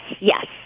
yes